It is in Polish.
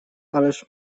ależ